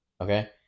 Okay